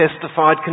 testified